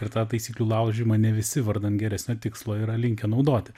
ir tą taisyklių laužymą ne visi vardan geresnio tikslo yra linkę naudoti